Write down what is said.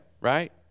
right